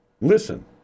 Listen